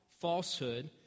falsehood